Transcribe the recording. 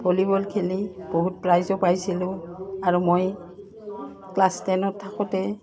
volleyball খেলি বহুত প্ৰাইজো পাইছিলোঁ আৰু মই ক্লাছ টেনত থাকোঁতে